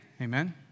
Amen